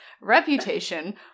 reputation